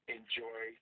enjoy